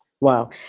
Wow